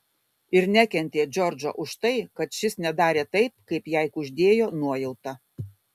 ir nekentė džordžo už tai kad šis nedarė taip kaip jai kuždėjo nuojauta